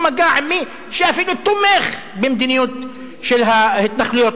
מגע עם מי שאפילו תומך במדיניות של ההתנחלויות,